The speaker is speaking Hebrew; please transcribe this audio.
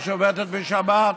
השובתת בשבת?